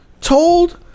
told